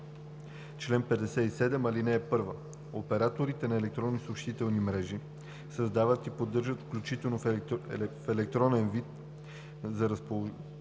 „Чл. 57. (1) Операторите на електронни съобщителни мрежи създават и поддържат, включително в електронен вид, за разположените